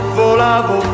volavo